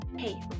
Hey